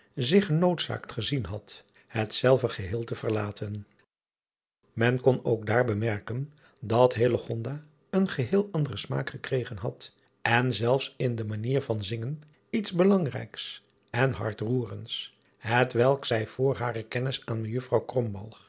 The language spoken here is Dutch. zich genoodzaakt gezien had hetzelve geheel te verlaten en kon ook daar bemerken dat een geheel anderen smaak gekregen had en zelfs in de manier van zingen iets belangrijks en hartroerends hetwelk zij vr hare kennis aan ejuffrouw